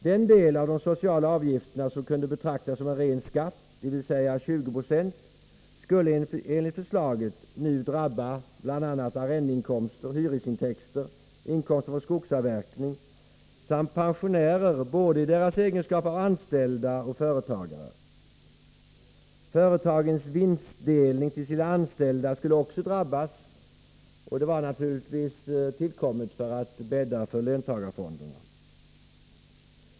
Den del av de sociala avgifterna som kunde betraktas som en ren skatt, dvs. 20 96, skulle enligt förslaget nu drabba bl.a. arrendeinkomster, hyresintäkter, inkomster från skogsavverkning samt pensionärer, både i deras egenskap av anställda och i deras egenskap av företagare. Företagens vinstdelning till sina anställda skulle också drabbas; den effekten var naturligtvis tillkommen för att bädda för löntagarfonderna.